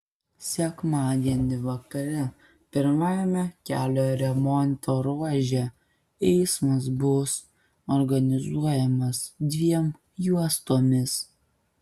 sekmadienį vakare pirmajame kelio remonto ruože eismas bus organizuojamas dviem juostomis